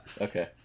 Okay